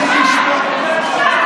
בושה,